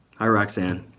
hi roxanne.